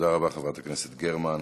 תודה רבה, חברת הכנסת גרמן.